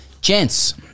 Gents